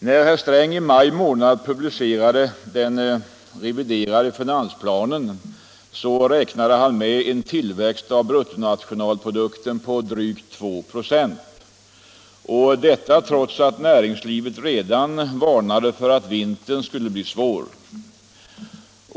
När finansministern i maj månad publicerade den reviderade finansplanen räknade han med en tillväxt av bruttonationalprodukten på drygt 226, trots att näringslivet redan varnat för att vintern skulle bli svår.